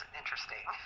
interesting